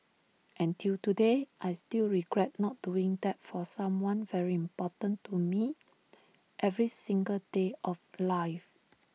and till today I still regret not doing that for someone very important to me every single day of life